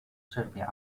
serbia